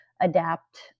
adapt